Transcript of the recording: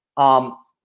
um